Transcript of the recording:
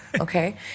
okay